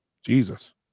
Jesus